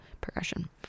progression